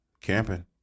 Camping